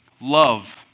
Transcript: love